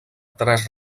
tres